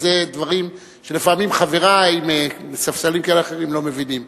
וזה דברים שלפעמים חברי מספסלים כאלה ואחרים לא מבינים.